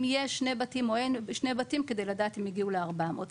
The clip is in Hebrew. יש שני בתים או אין שני בתים כדי לדעת אם הגיעו ל-400.